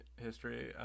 history